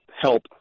help